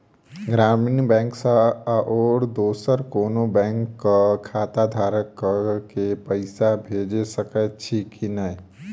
ग्रामीण बैंक सँ आओर दोसर कोनो बैंकक खाताधारक केँ पैसा भेजि सकैत छी की नै?